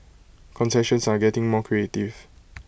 concessions are getting more creative